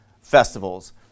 festivals